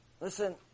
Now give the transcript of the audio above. Listen